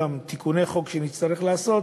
גם תיקוני חוק שנצטרך לעשות.